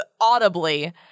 audibly